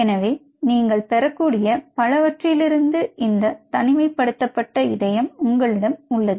எனவே நீங்கள் பெறக்கூடிய பலவற்றிலிருந்து இந்த தனிமைப்படுத்தப்பட்ட இதயம் உங்களிடம் உள்ளது